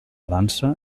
dansa